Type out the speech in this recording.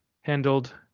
handled